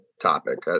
topic